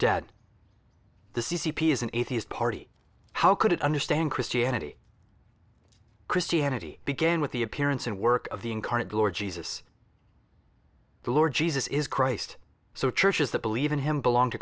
dead the c c p is an atheist party how could it understand christianity christianity began with the appearance and work of the incarnate lord jesus the lord jesus is christ so churches that believe in him belong to